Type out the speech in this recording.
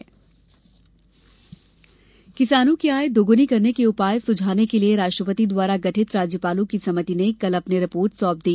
किसान आय दोगुना किसानों की आय दोगुनी करने के उपाय सुझाने के लिए राष्ट्रपति द्वारा गठित राज्यपालों की समिति ने कल अपनी रिपोर्ट सौंप दी